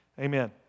Amen